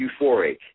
euphoric